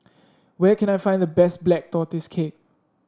where can I find the best Black Tortoise Cake